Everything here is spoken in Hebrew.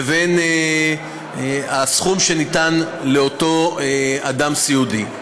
לבין הסכום שניתן לאותו אדם סיעודי.